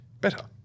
better